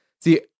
see